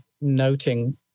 noting